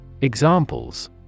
Examples